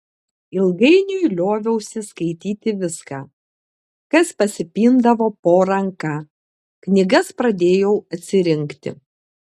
ilgainiui lioviausi skaityti viską kas pasipindavo po ranka knygas pradėjau atsirinkti